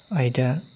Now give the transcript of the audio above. आयदा